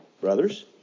brothers